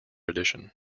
edition